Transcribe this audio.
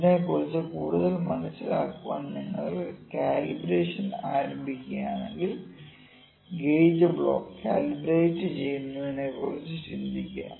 ഇതിനെക്കുറിച്ച് കൂടുതൽ മനസിലാക്കാൻ നിങ്ങൾ കാലിബ്രേഷൻ ആരംഭിക്കുകയാണെങ്കിൽ ഗേജ് ബ്ലോക്ക് കാലിബ്രേറ്റ് ചെയ്യുന്നതിനെക്കുറിച്ച് ചിന്തിക്കുക